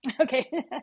Okay